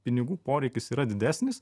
pinigų poreikis yra didesnis